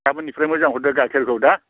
गाबोननिफ्राय मोजां हरदो गाइखेरखौ दे